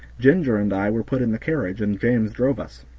ginger and i were put in the carriage and james drove us.